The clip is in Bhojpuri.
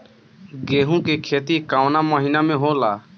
गेहूँ के खेती कवना महीना में होला?